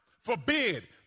forbid